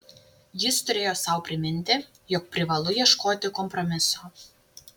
jis turėjo sau priminti jog privalu ieškoti kompromiso